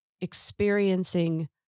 experiencing